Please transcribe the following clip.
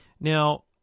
Now